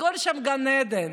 הכול שם גן עדן.